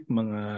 mga